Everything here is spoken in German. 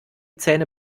zähne